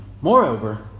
Moreover